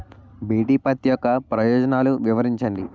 BT పత్తి యొక్క ప్రయోజనాలను వివరించండి?